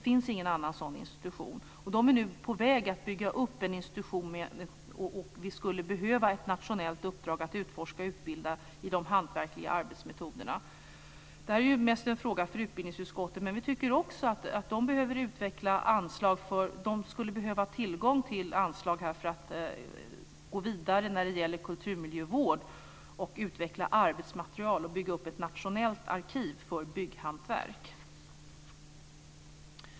Man är nu på väg att bygga upp en institution, och vi skulle behöva ett nationellt uppdrag att utforska och utbilda i de hantverksmässiga arbetsmetoderna. Det här är mest en fråga för utbildningsutskottet, men vi tycker också att man skulle behöva tillgång till anslag för att gå vidare när det gäller kulturmiljövård, för att utveckla arbetsmaterial och för att bygga upp ett nationellt arkiv för bygghantverk.